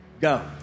go